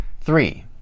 Three